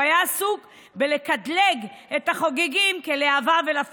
הוא היה עסוק בלקטלג את החוגגים כלהב"ה ולה פמיליה.